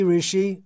Rishi